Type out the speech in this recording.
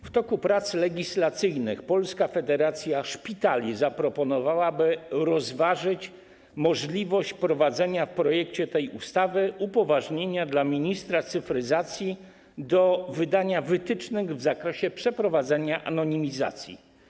W toku prac legislacyjnych Polska Federacja Szpitali zaproponowała, aby rozważyć możliwość wprowadzenia w projekcie tej ustawy upoważnienie dla ministra cyfryzacji do wydania wytycznych w zakresie przeprowadzenia anonimizacji.